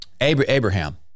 Abraham